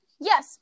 Yes